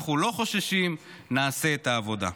אנחנו לא חוששים, נעשה את העבודה".